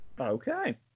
Okay